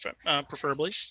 preferably